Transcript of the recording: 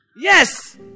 yes